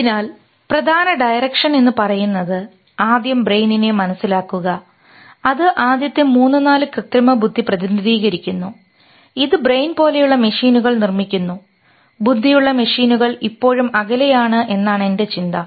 അതിനാൽ പ്രധാന ഡയറക്ഷൻ എന്ന് പറയുന്നത് ആദ്യം ബ്രെയിനിനെ മനസിലാക്കുക അത് ആദ്യത്തെ മൂന്ന് നാലെ കൃത്രിമബുദ്ധി പ്രതിനിധീകരിക്കുന്നു ഇത് ബ്രെയിൻ പോലെയുള്ള മെഷീനുകൾ നിർമ്മിക്കുന്നു ബുദ്ധിയുള്ള മെഷീനുകൾ ഇപ്പോഴും അകലെയാണ് എന്നാണ് എൻറെ ചിന്ത